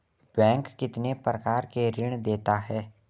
Bank कितने प्रकार के ऋण देता है?